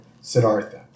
Siddhartha